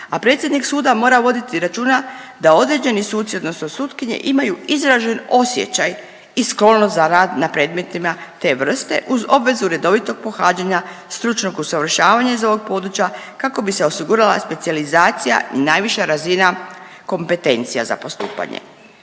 a predsjednik suda mora voditi računa da određeni suci odnosno sutkinje imaju izražen osjećaj i sklonost za rad na predmetima te vrste uz obvezu redovitog pohađanja stručnog usavršavanja iz ovog područja kako bi se osigurala specijalizacija i najviša razina kompetencija za postupanje.